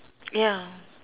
ya